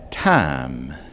time